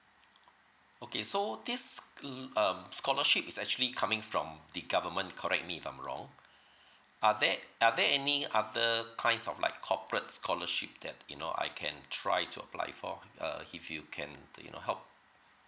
okay so this l~ um scholarship is actually coming from the government correct me if I'm wrong are there are there any other kinds of like corporate scholarship that you know I can try to apply for err if you can you know help